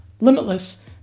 Limitless